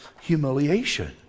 humiliation